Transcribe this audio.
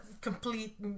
complete